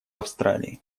австралии